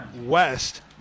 west